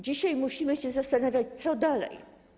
Dzisiaj musimy się zastanawiać, co dalej.